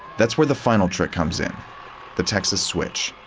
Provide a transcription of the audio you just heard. that's where the final trick comes in the texas switch.